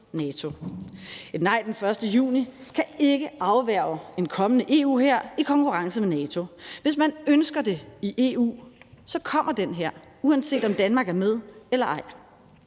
Et nej den 1. juni kan ikke afværge en kommende EU-hær i konkurrence med NATO. Hvis man ønsker det i EU, kommer den hær, uanset om Danmark er med eller ej.